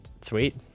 sweet